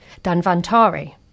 Danvantari